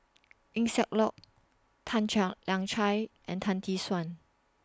Eng Siak Loy Tan Lian Chye and Tan Tee Suan